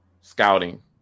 scouting